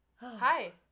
Hi